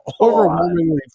overwhelmingly